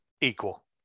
equal